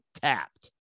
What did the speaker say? tapped